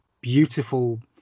beautiful